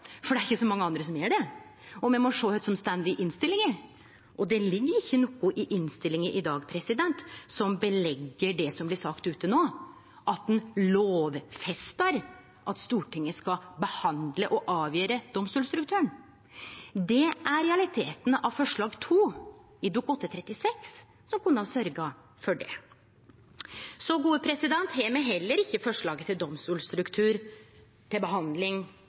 for det er ikkje så mange andre som gjer det. Me må sjå på kva som står i innstillinga, og det ligg ikkje noko i innstillinga i dag som belegg det som blir sagt ute no, at ein lovfestar at Stortinget skal behandle og avgjere domstolstrukturen. Det er realiteten av forslag nr. 2 i Dokument 8:36 S for 2019–2020, som kunne ha sørgt for det. Så har me heller ikkje forslaget til domstolstruktur til